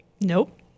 Nope